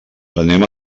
anem